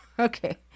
Okay